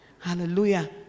Hallelujah